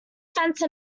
fence